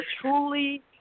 truly